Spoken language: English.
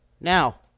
Now